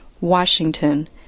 Washington